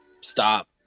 Stop